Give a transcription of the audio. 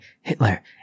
Hitler